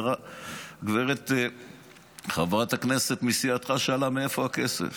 חברת הכנסת מסיעתך שאלה מאיפה הכסף.